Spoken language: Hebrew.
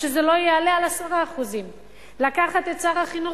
שזה לא יעלה על 10%; לקחת את שר החינוך